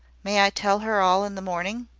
may i tell her all in the morning?